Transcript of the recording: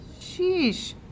Sheesh